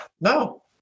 no